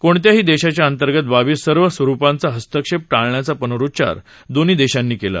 कोणत्याही देशाच्या अंतर्गत बाबीत सर्व स्वरुपांचा हस्तक्षेप टाळण्याचा प्नरुच्चार दोन्ही देशांनी केला